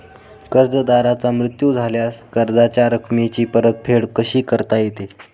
कर्जदाराचा मृत्यू झाल्यास कर्जाच्या रकमेची परतफेड कशी करता येते?